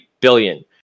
billion